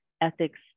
ethics